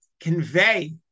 convey